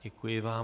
Děkuji vám.